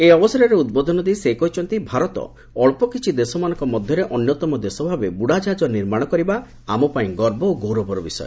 ଏହି ଅବସରରେ ଉଦ୍ବୋଧନ ଦେଇ ସେ କହିଛନ୍ତି ଭାରତ ଅଞ୍ଚକିଛି ଦେଶମାନଙ୍କ ମଧ୍ୟରେ ଅନ୍ୟତମ ଦେଶ ଭାବେ ବୁଡାଜାହାଜ ନିର୍ମାଣ କରିବା ଆମ ପାଇଁ ଗର୍ବ ଓ ଗୌରବର ବିଷୟ